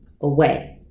away